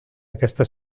aquesta